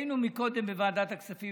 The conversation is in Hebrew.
היינו קודם בוועדת הכספים,